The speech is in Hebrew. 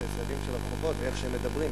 את הישראלים של הרחובות ואיך שהם מדברים,